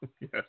Yes